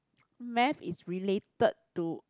math is related to